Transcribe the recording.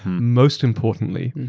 most importantly,